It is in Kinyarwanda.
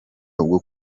bwo